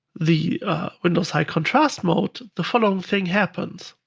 the windows high contrast mode, the following thing happens.